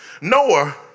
Noah